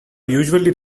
usually